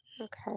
Okay